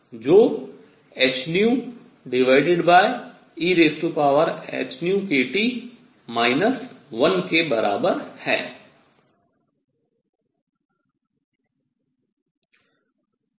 जो hν ehνkT 1 के बराबर है